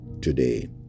today